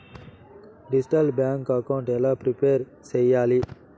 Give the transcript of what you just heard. Digital bank account ఎలా prepare సెయ్యాలి?